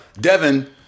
Devin